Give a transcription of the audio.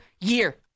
year